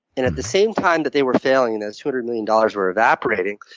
and at the same time that they were failing and those two hundred million dollars were evaporating,